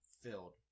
Filled